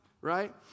right